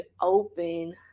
open